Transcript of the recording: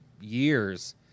years